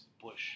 Bush